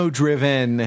driven